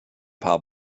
paar